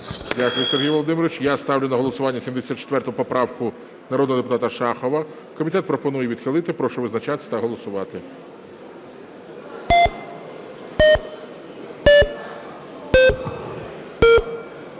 Дякую, Сергій Володимирович. Я ставлю на голосування 74 поправку народного депутата Шахова. Комітет пропонує відхилити. Прошу визначатись та голосувати.